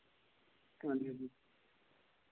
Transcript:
हांजी हांजी